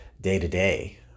day-to-day